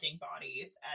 bodies